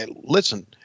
listen